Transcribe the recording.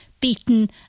beaten